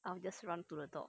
I will just run to the dog